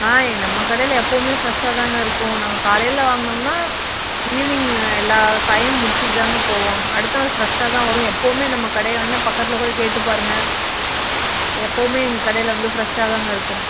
ஆ நம்ம கடையில் எப்போவுமே ஃபிரெஷ்ஷாதாங்க இருக்கும் நாங்கள் காலையில் வாங்கினம்னா ஈவினிங் எல்லா காயும் முடிச்சுட்டு தாங்க போவோம் அடுத்த நாள் ஃபிரெஷ்ஷாக தான் வரும் எப்போவுமே நம்ம கடையை வந்து பக்கத்தில் கூட கேட்டுப் பாருங்கள் எப்போவுமே எங்கள் கடையில் வந்து ஃபிரெஷ்ஷாக தாங்க இருக்கும்